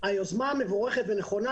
היוזמה מבורכת ונכונה,